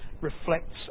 reflects